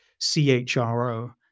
CHRO